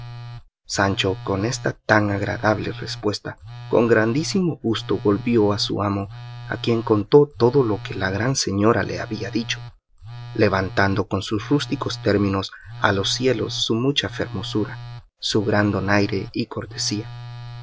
sancho con esta tan agradable respuesta con grandísimo gusto volvió a su amo a quien contó todo lo que la gran señora le había dicho levantando con sus rústicos términos a los cielos su mucha fermosura su gran donaire y cortesía